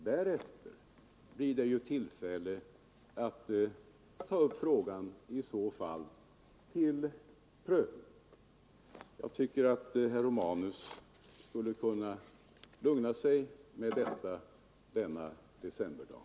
Därefter blir det tillfälle att om så behövs ta upp frågan till prövning. Jag tycker att herr Romanus skulle nöja sig med detta denna decemberdag.